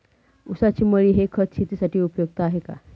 ऊसाची मळी हे खत शेतीसाठी उपयुक्त आहे का?